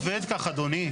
זה לא עובד כך אדוני.